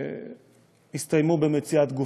הסתיימו במציאת גופתו.